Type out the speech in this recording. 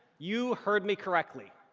you heard me correctly.